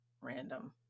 random